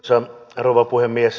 arvoisa rouva puhemies